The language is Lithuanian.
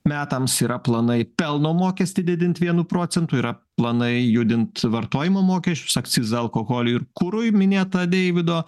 metams yra planai pelno mokestį didint vienu procentu yra planai judint vartojimo mokesčius akcizą alkoholiui ir kurui minėtą deivido